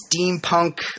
steampunk